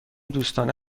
دوستانه